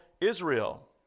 Israel